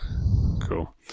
Cool